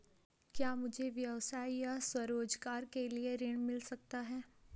क्या मुझे व्यवसाय या स्वरोज़गार के लिए ऋण मिल सकता है?